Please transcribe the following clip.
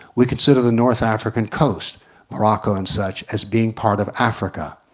we consider the north african coast morocco and such, as being part of africa.